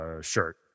shirt